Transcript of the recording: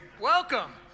Welcome